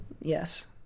yes